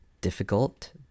difficult